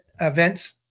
events